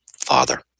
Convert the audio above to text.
father